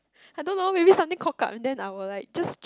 I don't know maybe something cock up and then I will like just